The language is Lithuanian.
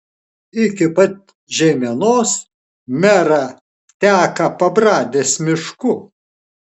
iki pat žeimenos mera teka pabradės mišku